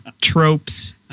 tropes